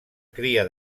cria